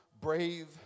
brave